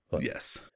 Yes